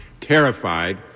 Terrified